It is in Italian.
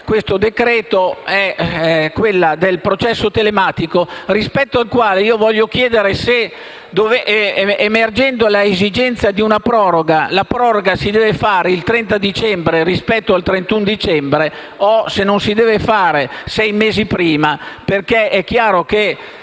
esame è quella del processo telematico, rispetto al quale voglio chiedere se, emergendo l'esigenza di una proroga, questa si debba fare il 30 dicembre rispetto al 31 dicembre o se non si debba fare sei mesi prima. È chiaro,